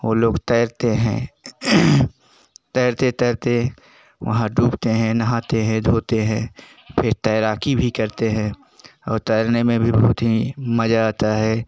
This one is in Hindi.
वह लोग तैरते हैं तैरते तैरते वहाँ डूबते हैं नहाते हैं धोते हैं फिर तैराकी भी करते हैं और तैरने में भी बहुत ही मज़ा आता है